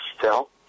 tell